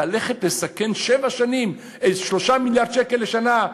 ללכת לסכן, שבע שנים, 3 מיליארד שקל לשנה.